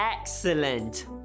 Excellent